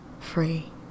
free